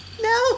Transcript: No